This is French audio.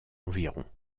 environ